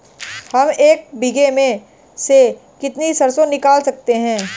हम एक बीघे में से कितनी सरसों निकाल सकते हैं?